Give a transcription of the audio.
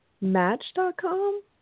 Match.com